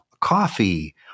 coffee